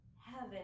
heaven